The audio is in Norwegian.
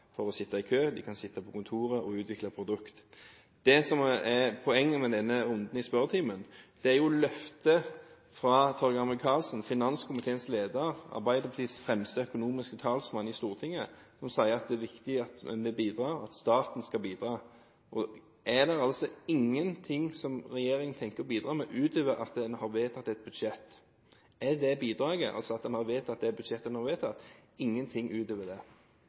for å sitte i kø. De kan sitte på kontoret og utvikle produkter. Det som er poenget med denne runden i spørretimen, er jo løftet fra Torgeir Micaelsen, finanskomiteens leder og Arbeiderpartiets fremste økonomiske talsmann i Stortinget, som sier at det er viktig at vi bidrar, at staten skal bidra. Er det altså ingen ting som regjeringen tenker å bidra med utover at den har fått vedtatt et budsjett? Er det bidraget, altså at det budsjettet nå er blitt vedtatt, og ingen ting utover det?